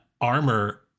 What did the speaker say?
armor